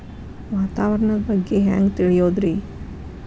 ವಾತಾವರಣದ ಬಗ್ಗೆ ಹ್ಯಾಂಗ್ ತಿಳಿಯೋದ್ರಿ?